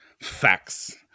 Facts